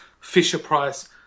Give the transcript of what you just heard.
Fisher-Price